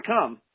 come